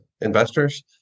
investors